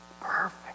Perfect